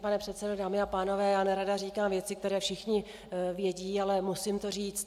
Vážený pane předsedo, dámy a pánové, já nerada říkám věci, které všichni vědí, ale musím to říct.